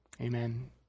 Amen